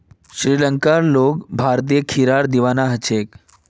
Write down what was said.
श्रीलंकार लोग भारतीय खीरार दीवाना ह छेक